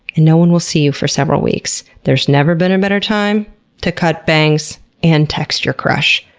and no one will see you for several weeks, there's never been a better time to cut bangs and text your crush.